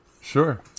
Sure